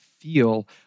feel